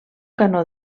canó